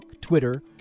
Twitter